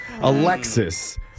Alexis